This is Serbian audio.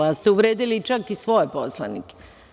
Vi ste uvredili čak i svoje poslanike.